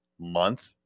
month